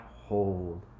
hold